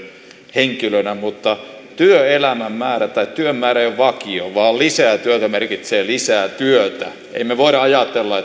henkilönä mutta työelämän määrä tai työn määrä ei ole vakio vaan lisää työtä merkitsee lisää työtä emme voi ajatella